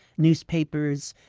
newspapers,